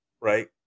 Right